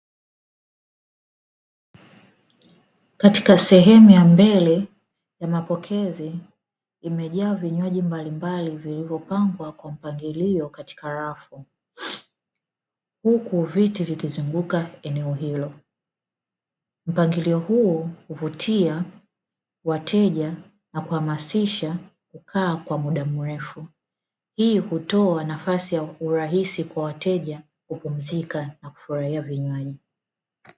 Katika sehemu ya mbele ya mapokezi imejaa vinywaji mbalimbali vilivyopangwa kwa mpangilio katika rafu huku viti vikizunguka eneo hilo. Mpangilio huu uvutia wateja na kuhamasisha kukaa kwa muda mrefu. Hii hutoa nafasi ya uraisi kwa wateja kupumzika na kufurahia vinywaji.